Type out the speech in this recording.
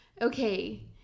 Okay